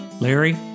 larry